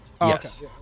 yes